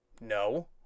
No